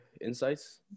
insights